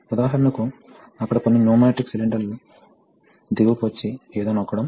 5 కు సమానం లేదా బదులుగా Aa 2 కు సమానం